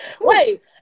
wait